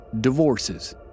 divorces